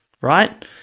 Right